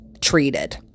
treated